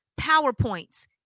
PowerPoints